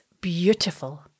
beautiful